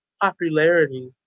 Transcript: popularity